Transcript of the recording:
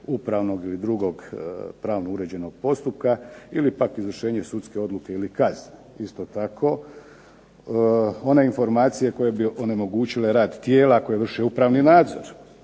upravnog ili drugog pravno uređenog postupka ili pak izvršenje sudske odluke ili kazne. Isto tako, one informacije koje bi onemogućile rad tijela koje vrše upravni nadzor,